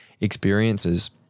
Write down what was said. experiences